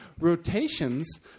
Rotations